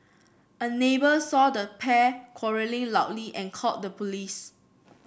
a neighbour saw the pair quarrelling loudly and called the police